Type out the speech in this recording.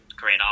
great